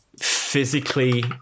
physically